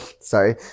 sorry